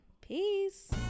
Peace